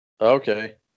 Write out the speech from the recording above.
okay